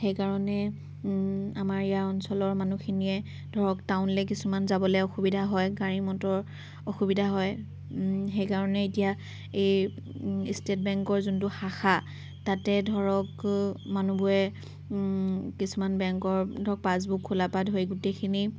সেইকাৰণে আমাৰ ইয়াৰ অঞ্চলৰ মানুহখিনিয়ে ধৰক টাউনলৈ কিছুমান যাবলৈ অসুবিধা হয় গাড়ী মটৰৰ অসুবিধা হয় সেইকাৰণে এতিয়া এই ষ্টেট বেংকৰ যোনটো শাখা তাতে ধৰক মানুহবোৰে কিছুমান বেংকৰ ধৰক পাছবুক খোলাৰ পৰা ধৰি গোটেইখিনি